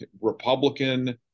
Republican